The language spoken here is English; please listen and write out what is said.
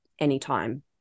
anytime